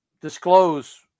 disclose